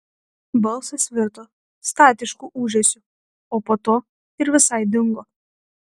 balsas virto statišku ūžesiu o po to ir visai dingo